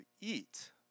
eat